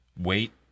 wait